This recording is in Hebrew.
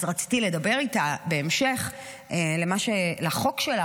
אז רציתי לדבר איתה בהמשך לחוק שלה,